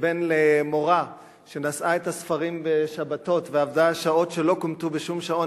כבן למורה שנשאה את הספרים בשבתות ועבדה שעות שלא כומתו בשום שעון,